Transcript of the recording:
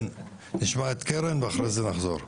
כן, נשמע את קרן ולאחר מכן נחזור.